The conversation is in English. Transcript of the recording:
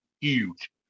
huge